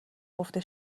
گفته